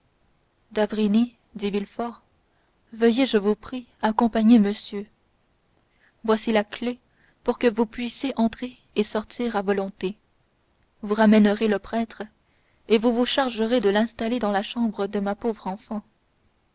d'avrigny dit villefort veuillez je vous prie accompagner monsieur voici la clef pour que vous puissiez entrer et sortir à volonté vous ramènerez le prêtre et vous vous chargerez de l'installer dans la chambre de ma pauvre enfant